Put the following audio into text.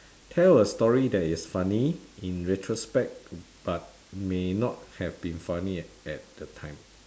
tell a story that is funny in retrospect but may not have been funny at that time